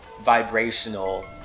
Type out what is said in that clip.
vibrational